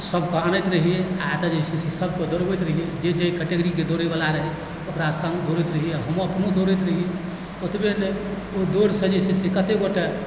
सबके आनैत रहियै आओर एतय जे छै से सबकेँ दौड़बैत रहियै जे जाहि केटेगरीकेँ दौड़यवला रहै ओकरा सङ्ग दौड़ैत रहियै आओर हमहुँ अपनो दौड़ैत रहियै ओतबे नहि ओहि दौड़सँ जे छै से कतेक गोटे